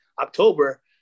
October